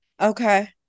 Okay